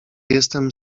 jestem